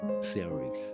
series